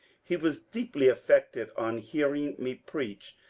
he was deeply affected on hearing me preach,